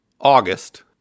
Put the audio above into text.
August